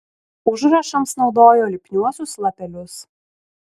užrašams naudojo lipniuosius lapelius